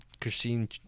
Christine